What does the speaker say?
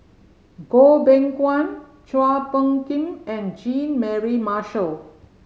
Goh Beng Kwan Chua Phung Kim and Jean Mary Marshall